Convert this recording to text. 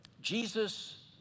Jesus